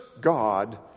God